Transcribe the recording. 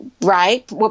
Right